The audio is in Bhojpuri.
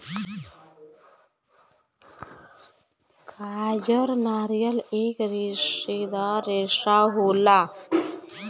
कायर नारियल एक रेसेदार रेसा होला